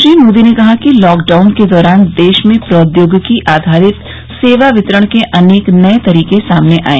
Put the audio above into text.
श्री मोदी ने कहा कि लॉकडाउन के दौरान देश में प्रौद्योगिकी आधारित सेवा वितरण के अनेक नये तरीके सामने आये